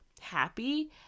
happy